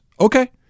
Okay